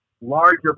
larger